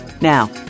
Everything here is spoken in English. Now